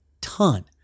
ton